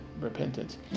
repentance